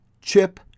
Chip